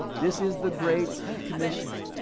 this is the great commission.